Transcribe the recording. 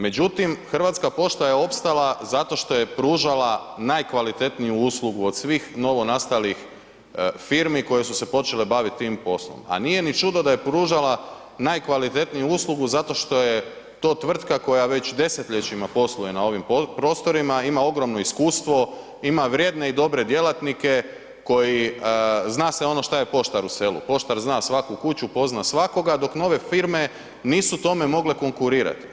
Međutim, Hrvatska pošta je opstala zato što je pružala najkvalitetniju uslugu od svih novonastalih firmi koje su se počele bavit tim poslom, a nije ni čudo da je pružala najkvalitetniju uslugu zato što je to tvrtka koja već desetljećima posluje na ovim prostorima, ima ogromno iskustvo, ima vrijedne i dobre djelatnike koji, zna se ono šta je poštar u selu, poštar zna svaku kuću, pozna svakoga, dok nove firme nisu tome mogle konkurirat.